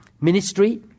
ministry